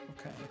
Okay